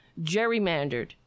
gerrymandered